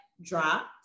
dropped